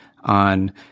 on